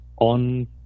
on